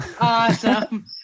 Awesome